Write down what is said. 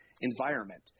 environment